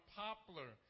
poplar